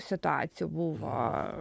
situacijų buvo